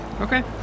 Okay